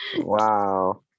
Wow